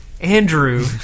Andrew